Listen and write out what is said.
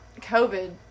COVID